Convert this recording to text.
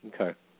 Okay